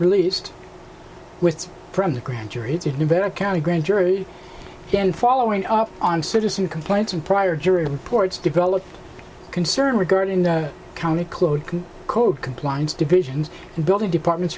released with from the grand jury to better county grand jury then following up on citizen complaints and prior jury reports develop concern regarding the county clode code compliance divisions and building departments